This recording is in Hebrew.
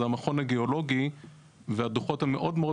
זה המכון הגיאולוגי והדוחות המאוד מאוד